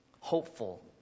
hopeful